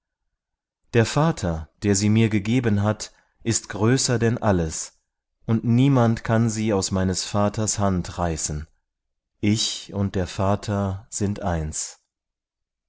der vater der sie mir gegeben hat ist größer denn alles und niemand kann sie aus meines vaters hand reißen ich und der vater sind eins